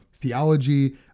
theology